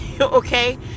Okay